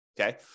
Okay